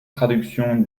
traduction